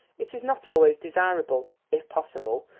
it is not always desirable, if possible,